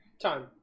time